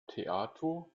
theato